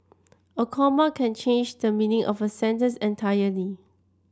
a comma can change the meaning of a sentence entirely